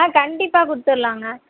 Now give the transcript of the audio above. ஆ கண்டிப்பாக கொடுத்துட்லாங்க